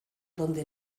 donde